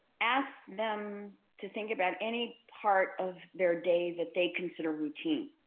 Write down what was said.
ask them to think about any part of their day that they consider routine.